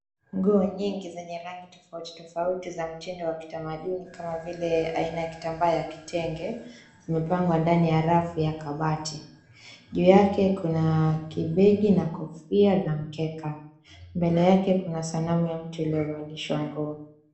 Nguo nyingi zenye rangi tofauti tofauti za mtindo wa kitamaduni kama vile aina ya kitambaa ya kitenge zimepangwa ndani ya rafu ya kabati. Juu yake kuna kibegi na kofia za mkeka, mbele yake kuna sanamu ya mtu iliyovalishwa nguo.